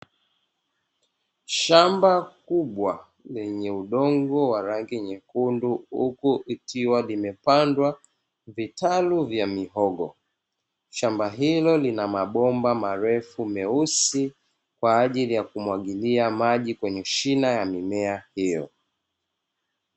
Shamba kubwa lenye udongo wa rangi nyekundu huku likiwa limepandwa vitalu vya mihogo, shamba hilo lina mabomba marefu meusi kwa ajili ya kumwagilia maji kwenye shina ya mimea hiyo.